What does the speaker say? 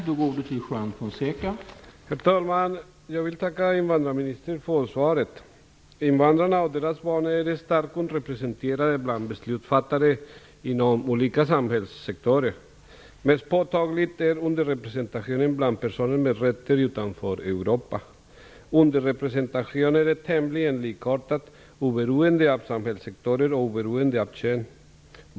Herr talman! Jag vill tacka invandrarministern för svaret. Invandrarna och deras barn är starkt underrepresenterade bland beslutsfattare inom olika samhällssektorer. Mest påtaglig är underrepresentationen bland personer med rötter utanför Europa. Underrepresentationen är tämligen likartad, oberoende av samhällssektor och kön.